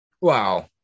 Wow